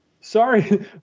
Sorry